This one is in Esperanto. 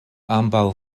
ambaŭ